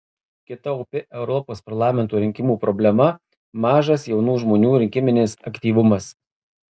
kita opi europos parlamento rinkimų problema mažas jaunų žmonių rinkiminis aktyvumas